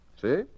See